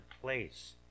place